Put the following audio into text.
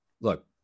look